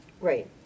Right